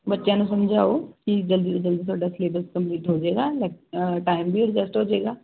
ਬੱਚਿਆਂ ਨੂੰ ਸਮਝਾਓ ਕੀ ਜਲਦੀ ਤੋਂ ਜਲਦੀ ਤੁਹਾਡਾ ਸਿਲੇਬਸ ਕੰਪਲੀਟ ਹੋ ਜਾਏਗਾ ਲੈਕ ਟਾਈਮ ਵੀ ਅਡਜੈਸਟ ਹੋ ਜਾਏਗਾ